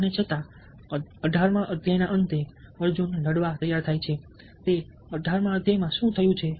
અને છતાં 18મા અધ્યાયના અંતે અર્જુન લડવા તૈયાર છે તે 18મા અધ્યાયમાં શું થયું છે